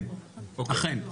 אכן.